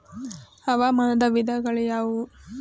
ಹವಾಮಾನದ ವಿಧಗಳು ಯಾವುವು?